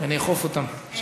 ונאכוף אותם.